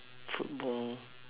football